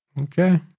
Okay